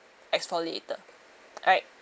exfoliator right